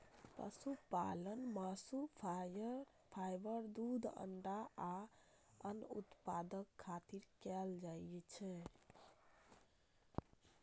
पशुपालन मासु, फाइबर, दूध, अंडा आ आन उत्पादक खातिर कैल जाइ छै